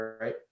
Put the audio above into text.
right